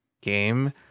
game